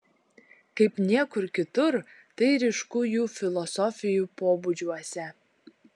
kaip niekur kitur tai ryšku jų filosofijų pobūdžiuose